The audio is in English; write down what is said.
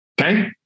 Okay